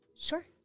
Sure